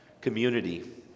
community